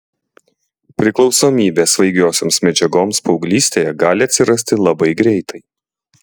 priklausomybė svaigiosioms medžiagoms paauglystėje gali atsirasti labai greitai